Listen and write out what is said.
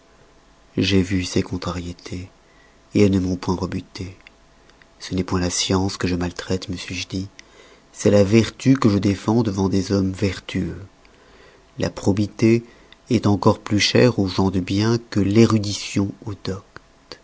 j'ai vu ces contrariétés elles ne m'ont point rebuté ce n'est point la science que je maltraite me suis-je dit c'est la vertu que je défends devant des hommes vertueux la probité est encore plus chere aux gens de bien que l'érudition aux